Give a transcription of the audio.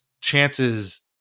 chances